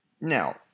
Now